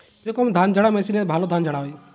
কি রকম ধানঝাড়া মেশিনে ভালো ধান ঝাড়া হয়?